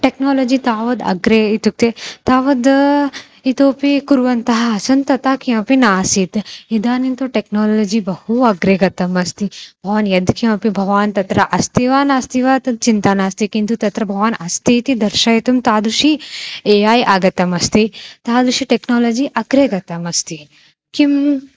technology तावद् अग्रे इत्युक्ते तावद् इतोऽपि कुर्वन्तः आसन् तता किमपि नासीत् इदानीं तु टेक्नालजि बहु अग्रे गतम् अस्ति भवान् यद् किमपि भवान् तत्र अस्ति वा नास्ति वा तत् चिन्ता नास्ति किन्तु तत्र भवान् अस्ति इति दर्शयितुं तादृशी ए ऐ आगतम् अस्ति तादृशं टेक्नालजि अग्रे गतमस्ति किम्